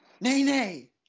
Nay-nay